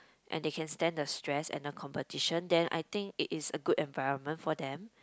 and they can stand the stress and the competition then I think it is a good environment for them